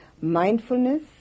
Mindfulness